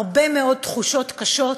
הרבה מאוד תחושות קשות,